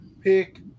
pick